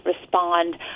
respond